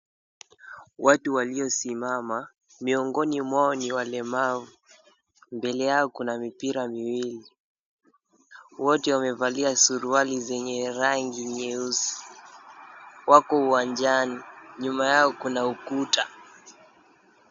Watu waliosimama miongoni mwao ni walemavu, mbele yao kuna mipira miwili, wote wamevalia suruali zenye rangi nyeusi, wako uwanjani. Nyuma yao kuna ukuta.